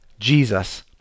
jesus